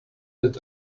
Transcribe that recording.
that